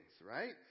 right